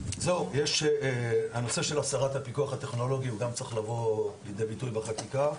הנושא של הסרת הפיקוח הטכנולוגי גם צריך לבוא לידי ביטוי בחקיקה,